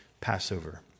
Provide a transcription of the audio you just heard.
Passover